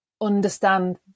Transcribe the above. understand